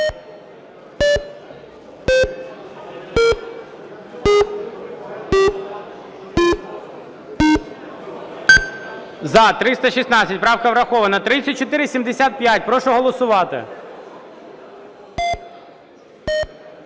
За-316 Правка врахована. 3475. Прошу голосувати.